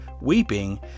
weeping